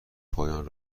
پایان